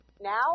Now